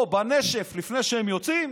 או בנשף לפני שהם יוצאים,